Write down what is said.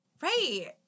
Right